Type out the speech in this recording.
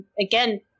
again